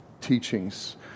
teachings